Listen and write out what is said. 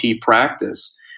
practice